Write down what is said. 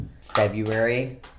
February